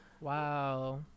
Wow